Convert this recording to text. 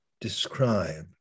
describe